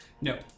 No